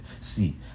See